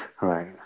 Right